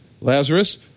Lazarus